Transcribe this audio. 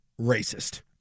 racist